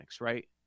right